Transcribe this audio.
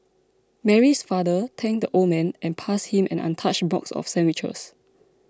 Mary's father thanked the old man and passed him an untouched box of sandwiches